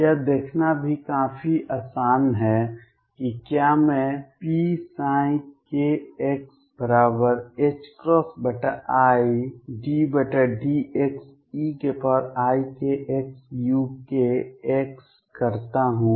यह देखना भी काफी आसान है कि क्या मैं pkxi∂xeikxuk करता हूं